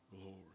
glory